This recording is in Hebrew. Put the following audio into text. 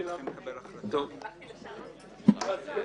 ננעלה בשעה 12:00.